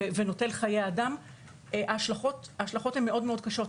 ונוטל חיי אדם ההשלכות הן מאוד קשות,